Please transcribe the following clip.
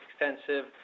extensive